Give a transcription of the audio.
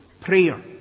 prayer